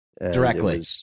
Directly